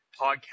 podcast